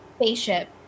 Spaceship